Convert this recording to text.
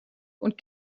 und